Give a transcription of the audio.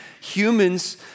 humans